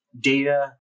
data